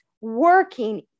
working